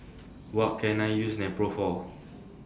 What Can I use Nepro For